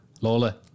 Lola